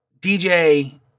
dj